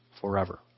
forever